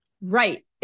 Right